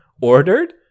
ordered